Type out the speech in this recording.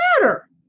matter